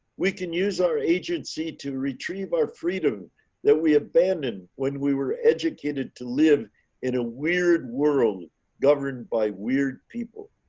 we can use our agency to retrieve our freedom that we abandoned when we were educated to live in a weird world governed by weird people